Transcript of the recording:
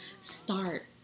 Start